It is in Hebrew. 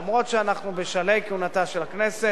למרות העובדה שאנחנו בשלהי כהונתה של הכנסת,